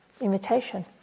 invitation